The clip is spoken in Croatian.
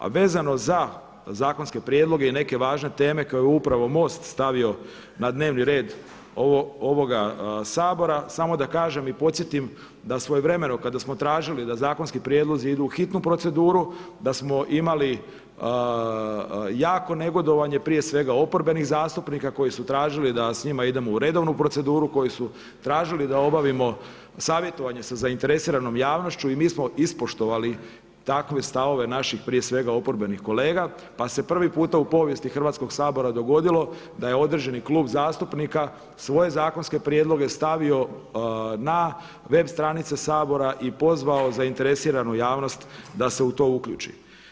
A vezano za zakonske prijedloge i neke važne teme koje je upravo MOST stavio na dnevni red ovoga Sabora samo da kažem i podsjetim da svojevremeno kada smo tražili da zakonski prijedlozi idu u hitnu proceduru, da smo imali jako negodovanje prije svega oporbenih zastupnika koji su tražili da s njima idemo u redovnu proceduru, koji su tražili da obavimo savjetovanje sa zainteresiranom javnošću i mi smo ispoštovali takve stavove naših prije svega oporbenih kolega, pa se prvi puta u povijesti Hrvatskog sabora dogodilo da je određeni klub zastupnika svoje zakonske prijedloge stavio na web stranice Sabora i pozvao zainteresiranu javnost da se u to uključi.